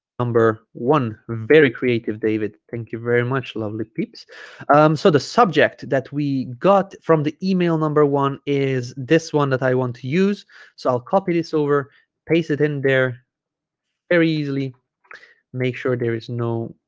number one very creative david thank you very much lovely peeps um so the subject that we got from the email number one is this one that i want to use so i'll copy this over paste it in there very easily make sure there is no